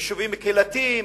יישובים קהילתיים,